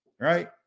right